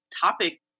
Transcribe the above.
topic